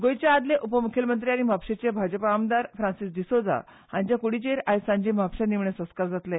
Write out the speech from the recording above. गोंयचे आदले उप मुखेलमंत्री आनी म्हापशेंचे भाजपा आमदार फ्रांसिस डिसोजा हांचे कुडीचेर आयज सांजे म्हापश्यां निमाणे संस्कार जातले